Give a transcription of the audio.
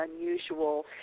unusual